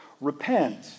Repent